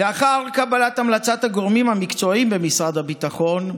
לאחר קבלת המלצת הגורמים המקצועיים במשרד הביטחון,